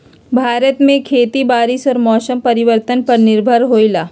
भारत में खेती बारिश और मौसम परिवर्तन पर निर्भर होयला